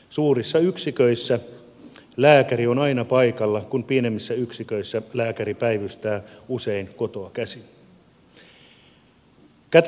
suurissa yksiköissä lääkäri on aina paikalla kun pienemmissä yksiköissä lääkäri päivystää usein kotoa käsin